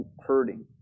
hurting